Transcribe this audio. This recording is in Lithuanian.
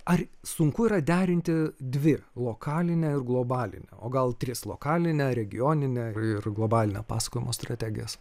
ar sunku yra derinti dvi lokalinę ir globalinę o gal tris lokalinę regioninę ir ir globalinę pasakojimo strategijas